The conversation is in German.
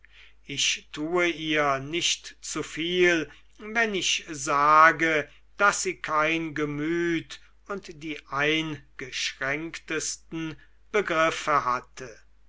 ich tue ihr nicht zu viel wenn ich sage daß sie kein gemüt und die eingeschränktesten begriffe hatte